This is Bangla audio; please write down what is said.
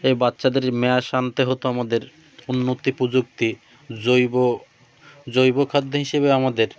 এই বাচ্চাদের ম্যাশ আনতে হতো আমাদের উন্নত প্রযুক্তি জৈব জৈব খাদ্য হিসেবে আমাদের